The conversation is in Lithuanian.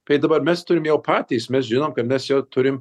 tai dabar mes turim jau patys mes žinom kad mes jau turim